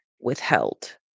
withheld